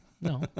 No